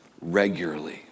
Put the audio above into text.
regularly